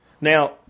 Now